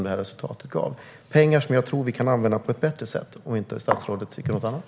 Det är pengar som jag tror att vi kan använda på ett bättre sätt, om inte statsrådet tycker något annat.